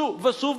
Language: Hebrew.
שוב ושוב,